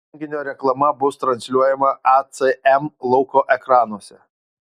renginio reklama bus transliuojama acm lauko ekranuose